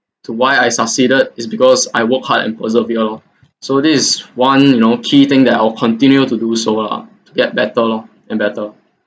to why I succeeded is because I work hard and persevere lor so this is one you know key thing that I will continue to do so lah to get better lor and better